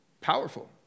Powerful